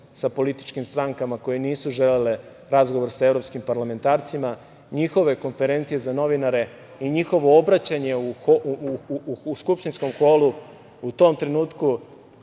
sa političkim strankama koje nisu želele razgovor sa evropskim parlamentarcima, njihove konferencije za novinare i njihovo obraćanje u skupštinskom holu u tom trenutku